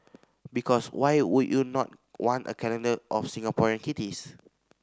because why would you not want a calendar of Singaporean kitties